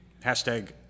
Hashtag